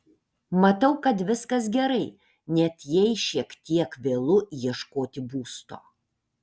matau kad viskas gerai net jei šiek tiek vėlu ieškoti būsto